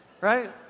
right